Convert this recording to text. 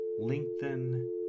lengthen